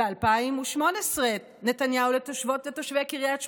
ב-2018 נתניהו לתושבות ותושבי קריית שמונה: